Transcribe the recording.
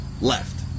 left